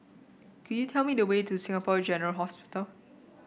could you tell me the way to Singapore General Hospital